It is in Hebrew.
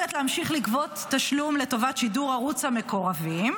להמשיך לגבות תשלום לטובת שידור ערוץ המקורבים,